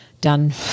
done –